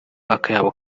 akayabo